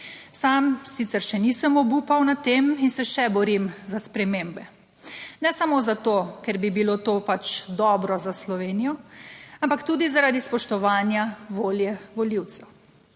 Sam sicer še nisem obupal nad tem in se še borim za spremembe. Ne samo zato, ker bi bilo to pač dobro za Slovenijo, ampak tudi zaradi spoštovanja volje volivcev.